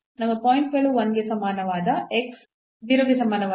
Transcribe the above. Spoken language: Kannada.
ನಮ್ಮ ಪಾಯಿಂಟ್ ಗಳು 1 ಗೆ ಸಮಾನವಾದ 0 ಗೆ ಸಮಾನವಾದ ಮತ್ತು 0 ಗೆ ಸಮಾನವಾದ